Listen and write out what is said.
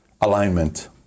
Alignment